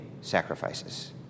sacrifices